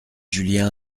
julien